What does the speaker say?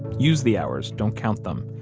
use the hours, don't count them.